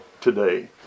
today